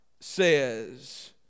says